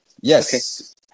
Yes